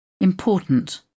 Important